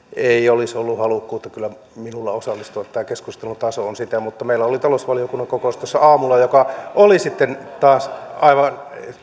olisi ollut halukkuutta kyllä minulla osallistua tämä keskustelun taso on sitä mutta meillä oli tuossa aamulla talousvaliokunnan kokous jossa oli sitten taas aivan